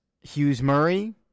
Hughes-Murray